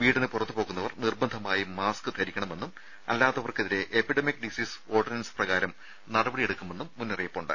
വീടിന് പുറത്തുപോവുന്നവർ നിർബന്ധമായും മാസ്ക് ധരിക്കണമെന്നും അല്ലാത്തവർക്കെതിരെ എപ്പിഡമിക് ഡിസീസ് ഓർഡിനൻസ് പ്രകാരം നടപടിയെടുക്കുമെന്നും മുന്നറിയിപ്പുണ്ട്